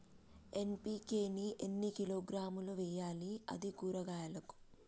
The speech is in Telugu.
ఎన్.పి.కే ని ఎన్ని కిలోగ్రాములు వెయ్యాలి? అది కూరగాయలకు?